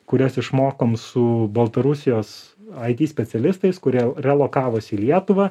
kurias išmokom su baltarusijos it specialistais kurie relokavosi į lietuvą